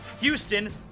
Houston